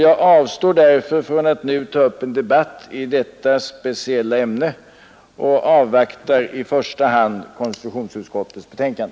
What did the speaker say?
Jag avstår därför från att nu ta upp en debatt i detta speciella ämne och avvaktar i första hand konstitutionsutskottets betänkande.